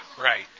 right